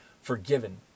forgiven